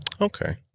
Okay